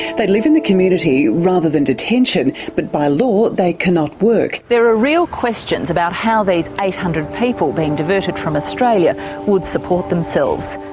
they live in the community rather than detention, but by law they cannot work. there are real questions about how these eight hundred people being diverted from australia would support themselves.